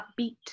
upbeat